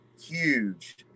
huge